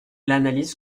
l’analyse